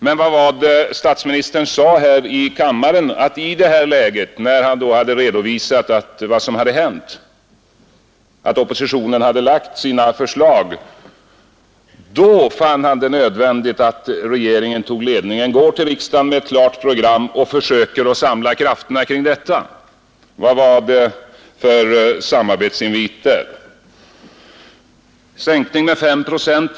Men i kammaren sade statsministern efter att ha redovisat vad som hade hänt och efter det att oppositionen lagt fram sina förslag att det var nödvändigt att regeringen tog ledningen, att den går till riksdagen med ett klart program och försöker samla krafterna kring detta, Var fanns samarbetsinviten där? Det talades om en sänkning med 5 procent.